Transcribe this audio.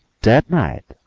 that night,